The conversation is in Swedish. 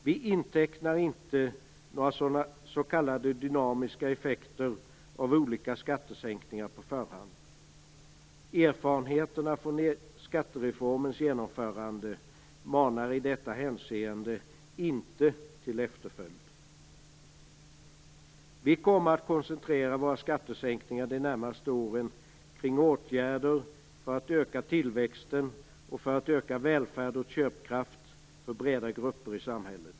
Vi intecknar inte några s.k. dynamiska effekter av olika skattesänkningar på förhand. Erfarenheterna från skattereformens genomförande manar i detta hänseende inte till efterföljd. Vi kommer att koncentrera våra skattesänkningar de närmaste åren kring åtgärder för att öka tillväxten och för att öka välfärd och köpkraft för breda grupper i samhället.